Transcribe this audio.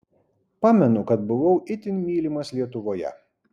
pamenu kad buvau itin mylimas lietuvoje